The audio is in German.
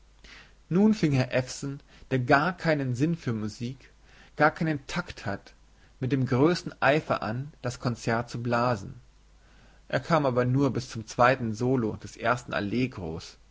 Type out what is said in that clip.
nun fing herr ewson der gar keinen sinn für musik gar keinen takt hat mit dem größten eifer an das konzert zu blasen er kam aber nur bis zum zweiten solo des ersten